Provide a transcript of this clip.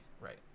Right